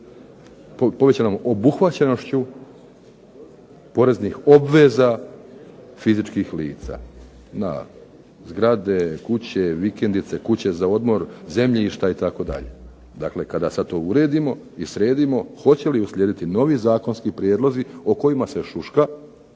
povećanom obuhvaćenošću poreznih obveza fizičkih lica na zgrade, kuće, vikendice, kuće za odmor, zemljišta itd. dakle kada sada to uredimo i sredimo hoće li uslijediti novi zakonski prijedlozi o kojima se šuška